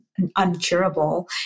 uncurable